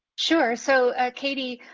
sure. so, katie,